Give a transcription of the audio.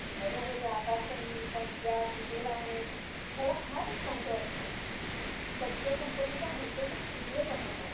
घरोघरी आकाशकंदील पणत्या दिवे लावणे याला फारच महत्त्व असते बच्चे कंपनी तर हौसेने किल्ले बनवतात